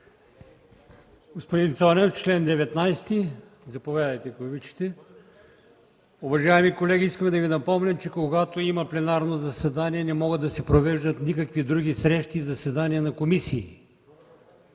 Господин Цонев – чл. 19. Заповядайте, ако обичате. Уважаеми колеги, искам да Ви напомня, че когато има пленарно заседание, не могат да се провеждат никакви други срещи и заседания на комисии.